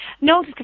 No